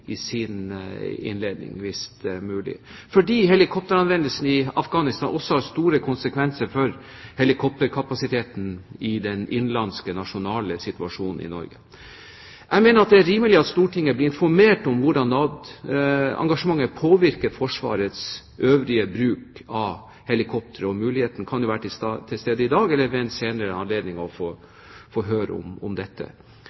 sin innledning hvis det er mulig. Helikopteranvendelsen i Afghanistan har også store konsekvenser for helikopterkapasiteten i den innenlandske situasjonen i Norge. Jeg mener at det er rimelig at Stortinget blir informert om hvordan NAD-engasjementet påvirker Forsvarets øvrige bruk av helikopter. Muligheten til å få høre om dette kan jo være til stede enten i dag eller ved en senere anledning.